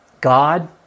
God